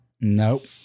Nope